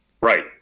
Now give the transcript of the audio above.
Right